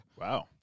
Wow